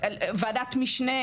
ועדת משנה,